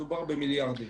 מדובר במיליארדים.